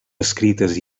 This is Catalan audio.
escrites